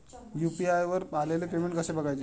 UPI वर आलेले payment कसे बघायचे?